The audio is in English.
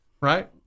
right